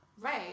Right